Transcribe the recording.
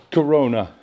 Corona